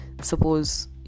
suppose